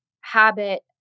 habit